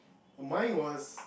oh mine was